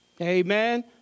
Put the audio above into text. Amen